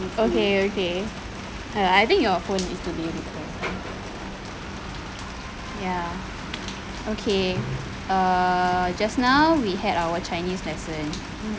okay okay I think your phone needs to be nearer ya okay err just now we had our chinese lesson